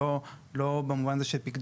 לא במובן הזה של פיקדונות,